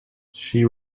she